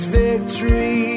victory